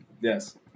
Yes